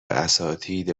اساتید